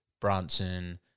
Branson